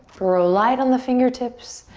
we're alive on the fingertips.